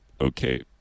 okay